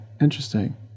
Interesting